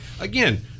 Again